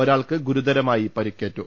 ഒരാൾക്ക് ഗുരുതരമായി പരുക്കേറ്റു